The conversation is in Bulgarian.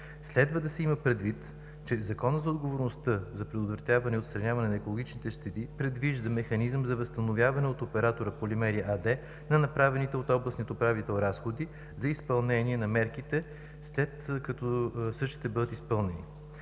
Следва да се има предвид, че Законът за отговорността за предотвратяване и отстраняване на екологични щети предвижда механизъм за възстановяване от оператора „Полимери“ АД на направените от областния управител разходи за изпълнение на мерките след като същите бъдат изпълнени.